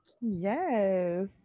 Yes